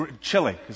chili